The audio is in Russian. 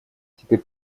теперь